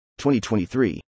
2023